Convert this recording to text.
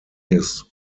his